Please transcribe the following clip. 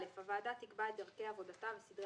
(א) הוועדה תקבע את דרכי עבודתה וסדרי